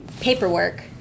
paperwork